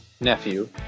nephew